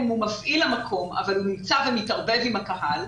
הוא מפעיל המקום אבל הוא נמצא ומתערבב עם הקהל,